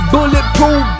Bulletproof